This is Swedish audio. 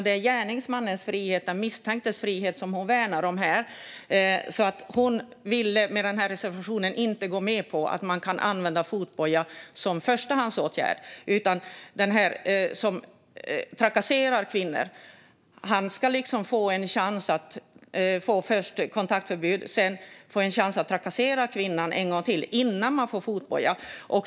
Det är gärningsmannens, den misstänktes, frihet som hon värnar om här. Hon vill med den reservationen inte gå med på att man kan använda fotboja som förstahandsåtgärd. Den som trakasserar kvinnor ska liksom först få kontaktförbud och sedan en chans att trakassera kvinnan en gång till innan han får fotboja.